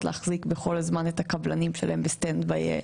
להחזיק בכל הזמן את הקבלנים שלהם בסטנד-ביי,